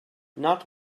not